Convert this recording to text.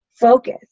focus